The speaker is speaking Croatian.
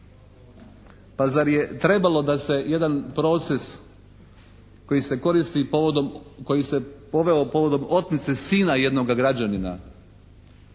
Pa zar je trebalo da se jedan proces koji se poveo povodom otmice sina jednoga građanina